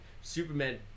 Superman